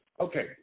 okay